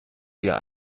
dir